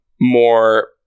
more